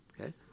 Okay